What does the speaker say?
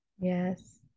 Yes